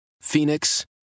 Phoenix